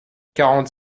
quarante